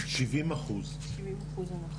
70 אחוז הנחה.